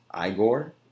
Igor